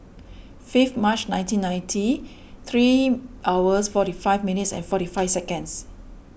fifth March nineteen ninety three hours forty five minutes and forty five seconds